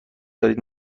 دارید